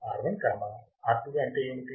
R1 R2 లు అంటే ఏమిటి